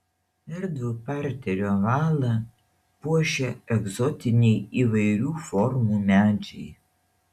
erdvų parterio ovalą puošia egzotiniai įvairių formų medžiai